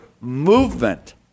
movement